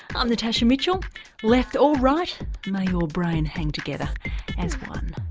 i'm natasha mitchell left or right, may your brain hang together as one